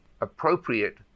appropriate